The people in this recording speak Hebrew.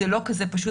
זה לא כזה פשוט,